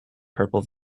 purple